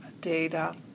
data